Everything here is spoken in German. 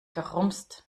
gerumst